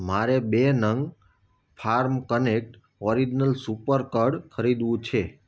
મારે બે નંગ farm connect original super card ખરીદવું છે